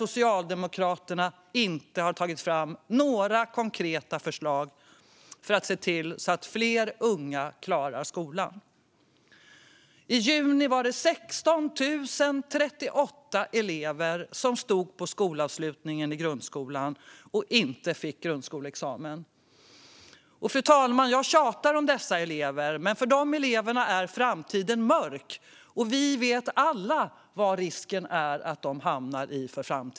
Socialdemokraterna har inte tagit fram några konkreta förslag för att se till att fler unga klarar skolan. I juni var det 16 038 elever som stod på skolavslutningen i grundskolan och inte fick grundskoleexamen. Jag tjatar om dessa elever, fru talman. För dessa elever är framtiden mörk, och vi vet alla vilken framtid de riskerar.